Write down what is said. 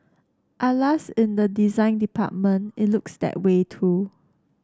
alas in the design department it looks that way too